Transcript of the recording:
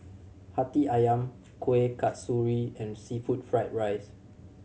Hati Ayam Kuih Kasturi and seafood fried rice